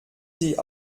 sie